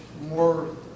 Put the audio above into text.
more